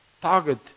target